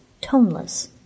toneless